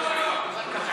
לא,